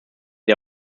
der